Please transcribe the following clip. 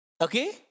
Okay